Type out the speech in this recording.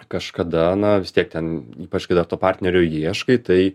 kažkada na vis tiek ten ypač kada to partnerio ieškai tai